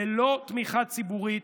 ללא תמיכה ציבורית,